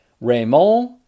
Raymond